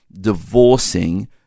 divorcing